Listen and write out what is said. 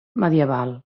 medieval